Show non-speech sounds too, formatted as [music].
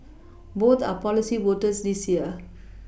both are policy voters this year [noise]